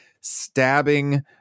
stabbing